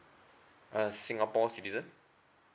uh singapore citizen